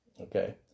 okay